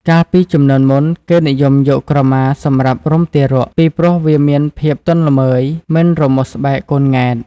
កាលពីជំនាន់មុន គេនិយមយកក្រមាសម្រាប់រុំទារក ពីព្រោះវាមានភាពទន់ល្មើយ មិនរមាស់ស្បែកកូនង៉ែត។